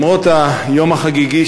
למרות היום החגיגי,